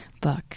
book